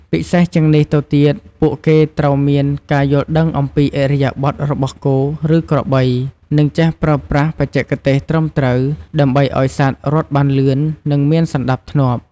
ពិសេសជាងនេះទៅទៀតពួកគេត្រូវមានការយល់ដឹងអំពីឥរិយាបថរបស់គោ ឬក្របី និងចេះប្រើប្រាស់បច្ចេកទេសត្រឹមត្រូវដើម្បីឱ្យសត្វរត់បានលឿន និងមានសណ្ដាប់ធ្នាប់។